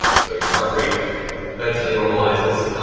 so your heart rate eventually normalizes.